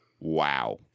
Wow